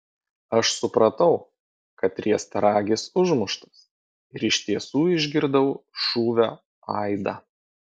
aš supratau kad riestaragis užmuštas ir iš tiesų išgirdau šūvio aidą